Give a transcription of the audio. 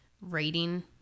rating